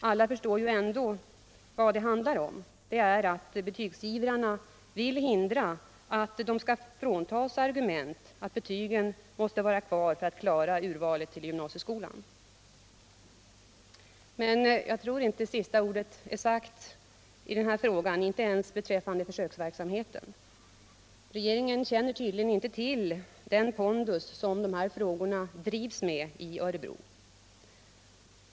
Alla förstår ju ändå vad det handlar om; det är att betygsivrarna vill hindra att de fråntas argumentet att betygen måste vara kvar för att ett urval skall kunna göras till gymnasieskolan. Jag tror dock inte att det sista ordet är sagt i den här frågan, inte ens beträffande försöksverksamheten. Regeringen känner tydligen inte den pondus med vilken de här frågorna drivs i Örebro.